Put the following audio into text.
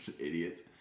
Idiots